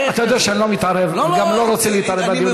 אתה יודע שאני לא מתערב וגם לא רוצה להתערב בדיון.